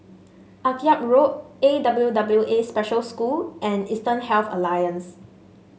Akyab Road A W W A Special School and Eastern Health Alliance